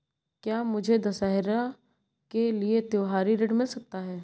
क्या मुझे दशहरा के लिए त्योहारी ऋण मिल सकता है?